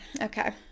okay